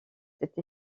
cette